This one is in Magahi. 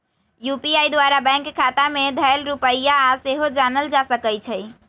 यू.पी.आई द्वारा बैंक खता में धएल रुपइया सेहो जानल जा सकइ छै